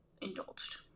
indulged